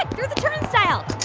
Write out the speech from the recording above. and through the turnstile